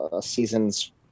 seasons